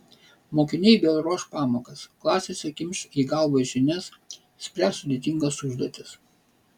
mokiniai vėl ruoš pamokas klasėse kimš į galvą žinias spręs sudėtingas užduotis